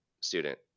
student